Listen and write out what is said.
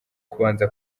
kubanza